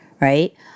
Right